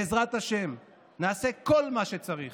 בעזרת השם, נעשה כל מה שצריך